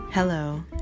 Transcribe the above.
Hello